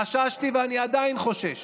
חששתי ואני עדיין חושש